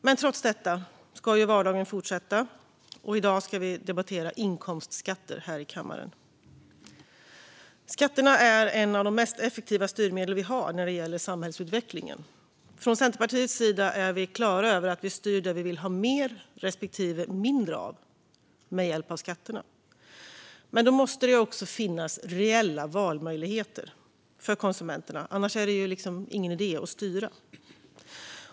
Men trots detta ska vardagen fortsätta, och i dag ska vi debattera inkomstskatter i kammaren. Skatterna är en av de mest effektiva styrmedlen vi har när det gäller samhällsutvecklingen. Från Centerpartiets sida är vi klara över att vi styr det vi vill ha mer respektive mindre av med hjälp av skatterna. Men då måste det också finnas reella valmöjligheter för konsumenterna. Annars är det ingen idé att styra.